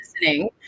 listening